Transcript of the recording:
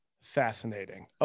Fascinating